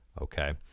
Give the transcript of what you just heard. okay